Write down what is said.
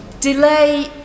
Delay